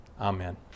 Amen